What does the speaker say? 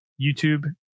YouTube